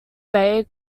bay